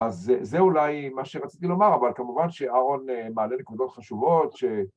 ‫אז, זה, אולי, מה שרציתי לומר, ‫אבל כמובן שאהרון מעלה נקודות חשובות ש...